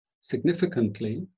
significantly